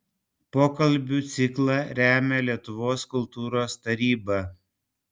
pokalbių ciklą remia lietuvos kultūros taryba